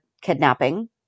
kidnapping